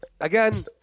Again